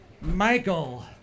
Michael